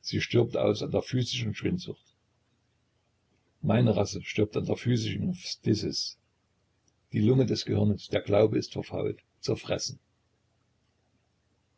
sie stirbt aus an der physischen schwindsucht meine rasse stirbt an der physischen phthisis die lunge des gehirnes der glaube ist verfault zerfressen